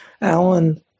Alan